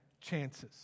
chances